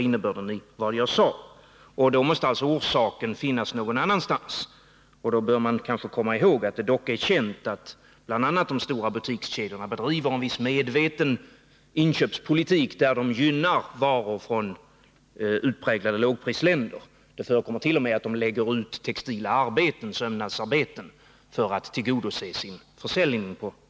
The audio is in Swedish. Orsaken måste alltså finnas någon annanstans. Då bör man kanske komma ihåg att det är känt att bl.a. de stora butikskedjorna bedriver en viss medveten inköpspolitik, där de gynnar varor från utpräglade lågprisländer. Det förekommer t.o.m. att de lägger ut textila arbeten, sömnadsarbeten, för att den vägen tillgodose sin försäljning.